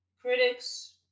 critics